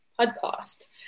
podcast